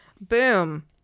Boom